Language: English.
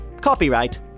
Copyright